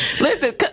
listen